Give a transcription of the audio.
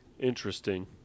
interesting